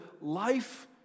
life